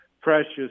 precious